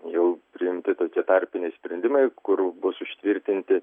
jau priimti tokie tarpiniai sprendimai kur bus užtvirtinti